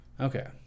Okay